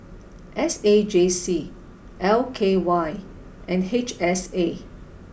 S A J C L K Y and H S A